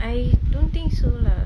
I don't think so lah